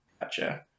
Gotcha